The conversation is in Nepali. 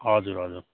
हजुर हजुर